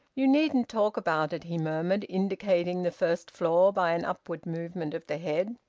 you needn't talk about it, he murmured, indicating the first floor by an upward movement of the head.